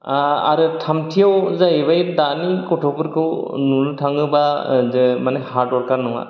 आरो थामथियाव जाहैबाय दानि गथ'फोरखौ नुनो थाङोबा ओ जो माने हारडवोरकार नङा